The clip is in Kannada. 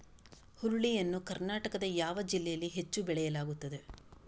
ಹುರುಳಿ ಯನ್ನು ಕರ್ನಾಟಕದ ಯಾವ ಜಿಲ್ಲೆಯಲ್ಲಿ ಹೆಚ್ಚು ಬೆಳೆಯಲಾಗುತ್ತದೆ?